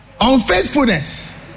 Unfaithfulness